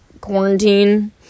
quarantine